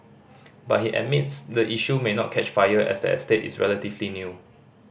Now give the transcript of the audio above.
but he admits the issue may not catch fire as the estate is relatively new